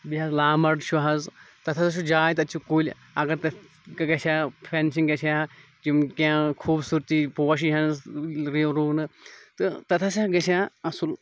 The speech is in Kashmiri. بیٚیہِ حظ لامَڑ چھُ حظ تَتھ حظ چھِ جاے تَتہِ چھِ کُلۍ اگر تَتھ گژھِ ہا فٮ۪نسِنٛگ گژھِ ہا یِم کینٛہہ خوٗبصوٗرتی پوش یی ہَنَس رِو رُونہٕ تہٕ تَتھ ہَسا گژھِ ہا اَصٕل